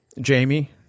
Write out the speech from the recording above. Jamie